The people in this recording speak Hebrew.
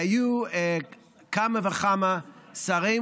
היו כמה וכמה שרים,